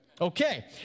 Okay